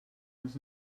els